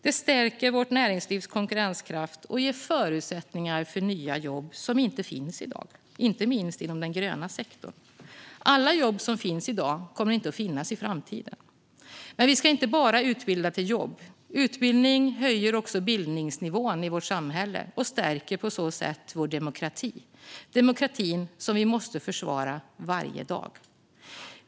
Det stärker vårt näringslivs konkurrenskraft och ger förutsättningar för nya jobb som i dag inte finns. Det gäller inte minst inom den gröna sektorn. Alla jobb som i dag finns kommer inte att finnas i framtiden. Vi ska dock inte bara utbilda till jobb. Utbildning höjer också bildningsnivån i vårt samhälle och stärker på så sätt demokratin, som vi måste försvara varje dag.